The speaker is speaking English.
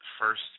first